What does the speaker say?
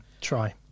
Try